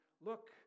look